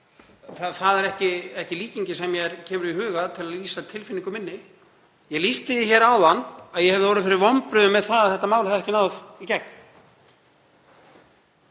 Það er ekki líkingin sem kemur mér í huga til að lýsa tilfinningu minni. Ég lýsti því hér áðan að ég hefði orðið fyrir vonbrigðum með að þetta mál hefði ekki náð í gegn.